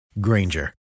Granger